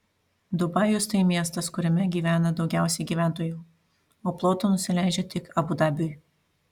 dubajus tai miestas kuriame gyvena daugiausiai gyventojų o plotu nusileidžia tik abu dabiui